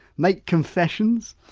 make confessions,